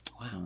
Wow